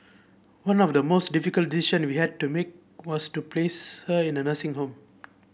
one of the most difficult decision we had to make was to place her in a nursing home